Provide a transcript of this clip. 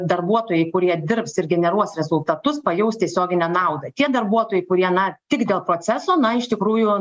darbuotojai kurie dirbs ir generuos rezultatus pajaus tiesioginę naudą tie darbuotojai kurie na tik dėl proceso na iš tikrųjų